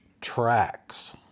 tracks